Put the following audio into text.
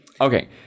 Okay